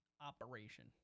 operation